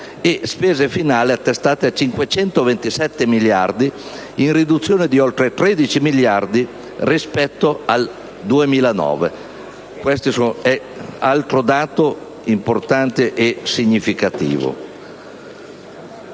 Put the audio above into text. e spese finali attestate a 527 miliardi, in riduzione di oltre 13 miliardi rispetto al 2009. Questo è un altro dato importante e significativo.